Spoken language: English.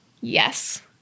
yes